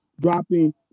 dropping